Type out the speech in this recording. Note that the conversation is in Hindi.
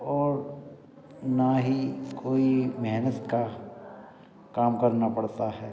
और ना ही कोई मेहनत का काम करना पड़ता है